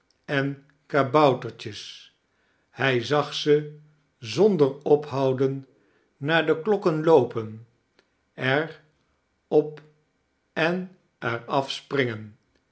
en kaboutertjes hij zag ze zonder ophouden naar de klokken loopen er op en er af